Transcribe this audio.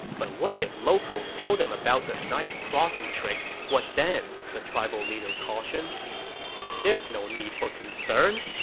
but what if locals tell them about the night crossing trick? what then? the tribal leader cautioned there's no need for concern,